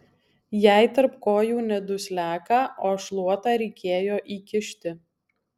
jai tarp kojų ne dusliaką o šluotą reikėjo įkišti